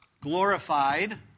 glorified